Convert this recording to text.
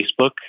Facebook